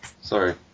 Sorry